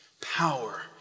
power